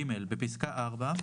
(ג)בפסקה (4),